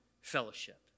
fellowship